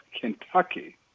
Kentucky